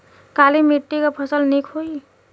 काली मिट्टी क फसल नीक होई?